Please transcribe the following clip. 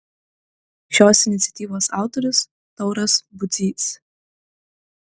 šios iniciatyvos autorius tauras budzys